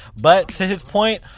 but to his point,